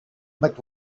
but